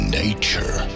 nature